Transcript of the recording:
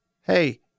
hey